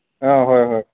অঁ হয় হয়